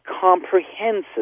comprehensive